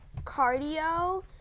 cardio